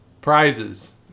prizes